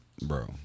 Bro